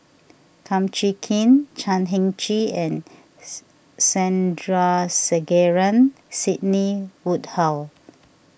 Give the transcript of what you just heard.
Kum Chee Kin Chan Heng Chee and Sandrasegaran Sidney Woodhull